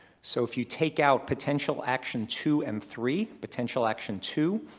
so if you take out potential action two and three. potential action two,